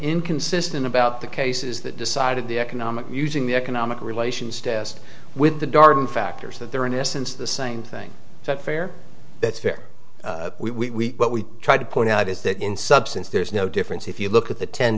inconsistent about the cases that decided the economic using the economic relations test with the darden factors that there are in essence the same thing is that fair that's fair we what we try to point out is that in substance there's no difference if you look at the ten